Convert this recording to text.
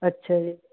ਅੱਛਾ ਜੀ